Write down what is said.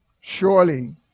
Surely